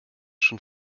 schon